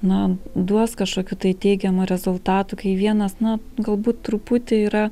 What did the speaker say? na duos kažkokių tai teigiamų rezultatų kai vienas na galbūt truputį yra